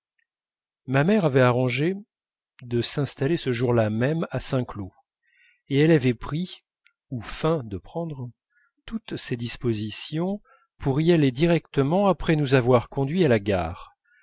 ma mère avait arrangé de s'installer ce jour-là même à saint-cloud et elle avait pris ou feint de prendre toutes ses dispositions pour y aller directement après nous avoir conduits à la gare